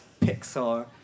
Pixar